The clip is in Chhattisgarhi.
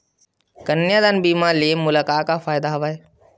कन्यादान बीमा ले मोला का का फ़ायदा हवय?